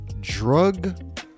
drug